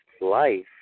life